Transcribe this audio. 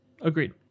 Agreed